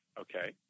okay